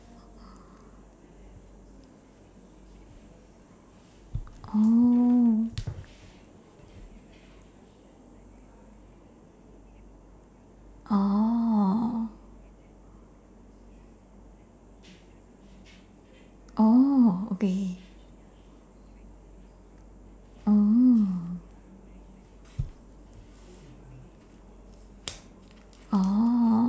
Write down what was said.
oh oh oh okay oh oh